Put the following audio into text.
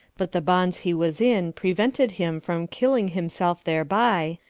but the bonds he was in prevented him from killing himself thereby,